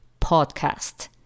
podcast